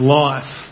life